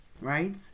Right